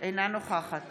אינה נוכחת